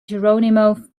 geronimo